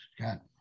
got